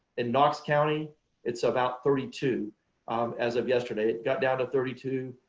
in knox county it's about thirty two as of yesterday. it got down to thirty two,